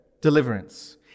deliverance